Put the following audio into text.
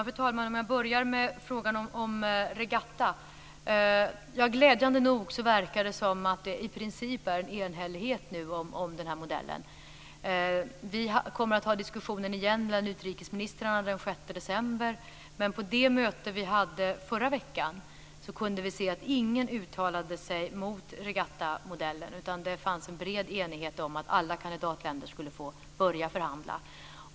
Fru talman! Låt mig börja med frågan om regattamodellen. Glädjande nog verkar det som om det i princip finns en enhällighet om den här modellen. Utrikesministrarna kommer att diskutera detta igen den 6 december. På det möte som vi hade i förra veckan var det ingen som uttalade sig mot regattamodellen. Det fanns en bred enighet om att alla kandidatländer skulle få börja förhandla.